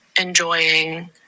enjoying